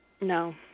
No